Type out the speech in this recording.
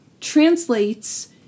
translates